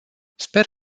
sper